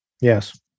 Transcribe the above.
Yes